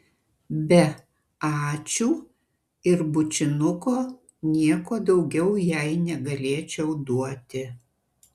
be ačiū ir bučinuko nieko daugiau jai negalėčiau duoti